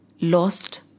lost